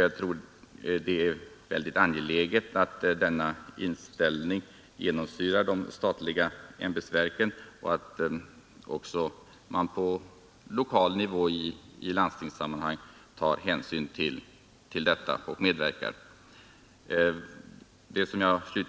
Jag tror det är väldigt angeläget att denna inställning genomsyrar de statliga ämbetsverken och att man också på lokal nivå, i landstingssammanhang, tar hänsyn till regionalpolitiska önskemål.